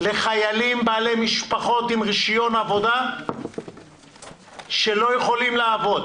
לחיילים בעלי משפחות עם רישיון עבודה שלא יכולים לעבוד.